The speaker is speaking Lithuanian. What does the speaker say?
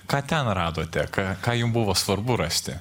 ką ten radote ką ką jum buvo svarbu rasti